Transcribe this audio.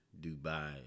Dubai